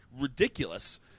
ridiculous